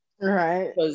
right